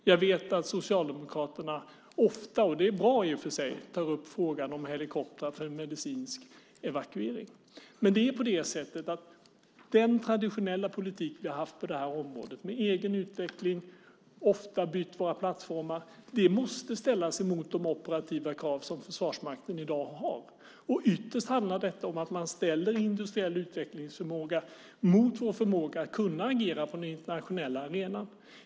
Jag vet att Socialdemokraterna ofta, och det är i och för sig bra, tar upp frågan om helikoptrar för medicinsk evakuering. Men den traditionella politik som vi ofta har haft på det området, med egen utveckling och ofta bytbara plattformar, måste ställas mot de operativa krav som Försvarsmakten i dag har. Ytterst handlar detta om att man ställer industriell utvecklingsförmåga mot vår förmåga att kunna agera på den internationella arenan.